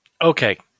Okay